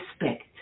respect